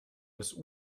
bis